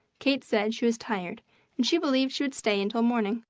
kate said she was tired and she believed she would stay until morning,